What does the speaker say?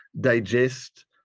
digest